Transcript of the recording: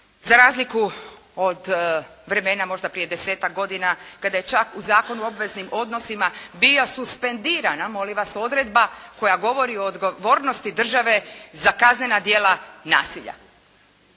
za razliku od vremena možda prije desetak godina kada je čak u Zakonu o obveznim odnosima bila suspendirana molim vas odredba koja govori o odgovornosti države za kaznena djela nasilja.